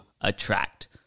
attract